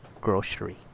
Grocery